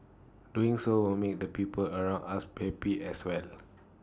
doing so will make the people around us happy as well